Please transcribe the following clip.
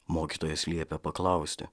mokytojas liepė paklausti